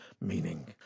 meaning